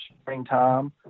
springtime